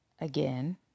again